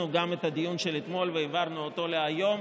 גם את הדיון של אתמול והעברנו אותו להיום,